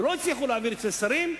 ולא הצליחו להעביר אצל שרים,